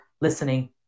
listening